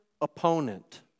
opponent